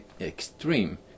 extreme